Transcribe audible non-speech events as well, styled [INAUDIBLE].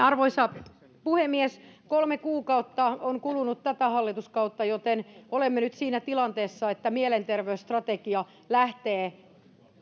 [UNINTELLIGIBLE] arvoisa puhemies kolme kuukautta on kulunut tätä hallituskautta joten olemme nyt siinä tilanteessa että mielenterveysstrategia lähtee